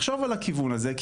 לחשוב על הכיוון הזה,